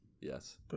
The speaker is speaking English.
yes